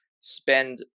spend